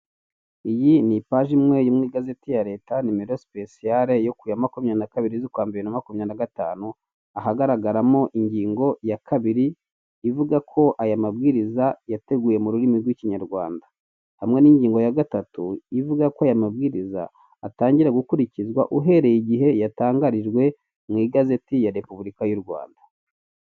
Iyi ni ipaji imwe mugazeti ya leta nimero sipesiyale yo kuya makumya naka kabiri z'ukwa mbere na makumyabiri gatanu ahagaragaramo ingingo ya kabiri ivuga ko aya mabwiriza yateguye mu rurimi rw'ikinyarwanda, hamwe n'ingingo ya gatatu ivuga ko aya mabwiriza atangira gukurikizwa uhereye igihe yatangarijwe mu igazeti ya repubulika y'u Rwanda.